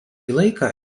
laiką